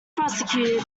prosecuted